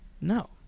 no